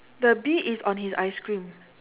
the bee is on his ice cream